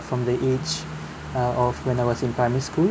from the age uh of when I was in primary school